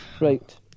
Right